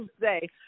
say